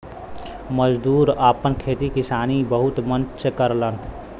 मजदूर आपन खेती किसानी बहुत मन से करलन